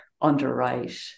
underwrite